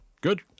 Good